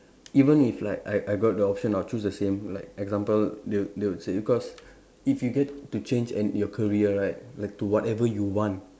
even if like I I got the option I'll choose the same like example they'll they'll say because if you get to change and your career right like to whatever you want